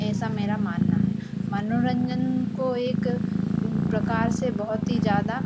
ऐसा मेरा मानना है मनोरन्जन को एक प्रकार से बहुत ही ज़्यादा